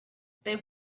they